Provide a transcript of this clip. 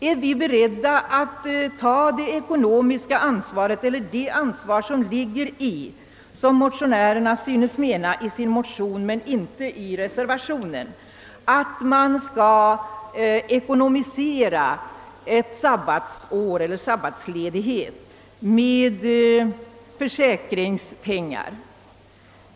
Är vi redo att ta det ansvar som ligger i att vi — som meningen tycks vara i motionen men inte i reservationen — skall finansiera ett sabbatsår med försäkringspengar?